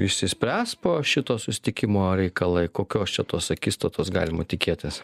išsispręs po šito susitikimo reikalai kokios čia tos akistatos galima tikėtis